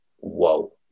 whoa